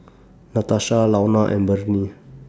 Natasha Launa and Bernie